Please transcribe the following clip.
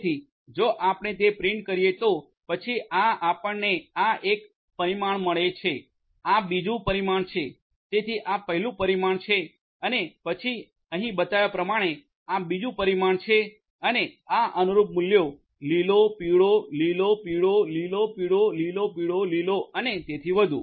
તેથી જો આપણે તે પ્રિન્ટ કરીએ તો પછી આ આપણેને આ એક પરિમાણ મળે છે આ બીજું પરિમાણ છે તેથી આ પહેલું પરિમાણ છે અને પછી અહીં બતાવ્યા પ્રમાણે આ બીજું પરિમાણ છે અને આ અનુરૂપ મૂલ્યો લીલો પીળો લીલો પીળો લીલો પીળો લીલો પીળો લીલો અને તેથી વધુ